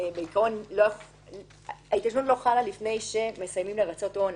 לא חלה לפני שמסיימים לרצות עונש.